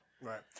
Right